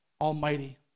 Almighty